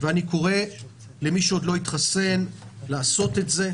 אני קורא למי שעוד לא התחסן לעשות את זה.